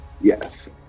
Yes